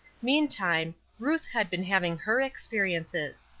meantime, ruth had been having her experiences.